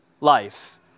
life